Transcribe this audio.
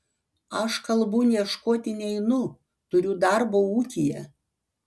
aš kalbų ieškoti neinu turiu darbo ūkyje